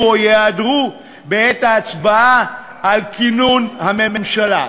או ייעדרו בעת ההצבעה על כינון הממשלה.